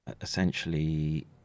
essentially